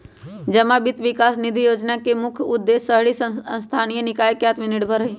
जमा वित्त विकास निधि जोजना के मुख्य उद्देश्य शहरी स्थानीय निकाय के आत्मनिर्भर हइ